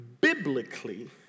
Biblically